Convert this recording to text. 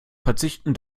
verzichten